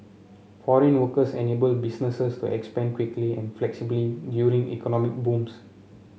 foreign workers enable businesses to expand quickly and flexibly during economic booms